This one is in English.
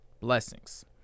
Blessings